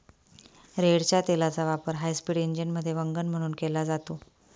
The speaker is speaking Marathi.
रेडच्या तेलाचा वापर हायस्पीड इंजिनमध्ये वंगण म्हणून केला जातो